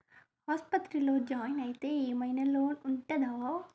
ఆస్పత్రి లో జాయిన్ అయితే ఏం ఐనా లోన్ ఉంటదా?